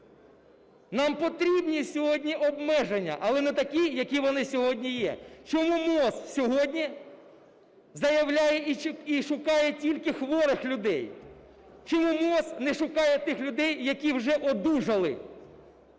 Нам потрібні сьогодні обмеження, але не такі, які вони сьогодні є. Чому МОЗ сьогодні заявляє і шукає тільки хворих людей? Чому МОЗ не шукає тих людей, які вже одужали?